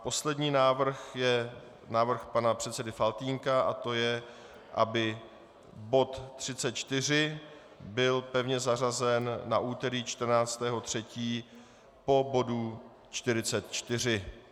Poslední návrh je návrh pana předsedy Faltýnka, aby bod 34 byl pevně zařazen na úterý 14. 3. po bodu 44.